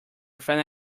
final